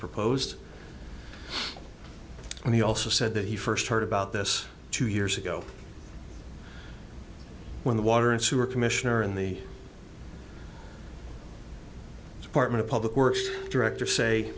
proposed and he also said that he first heard about this two years ago when the water and sewer commissioner and the department of public works director say